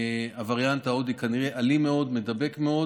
הווריאנט ההודי כנראה אלים מאוד, מידבק מאוד.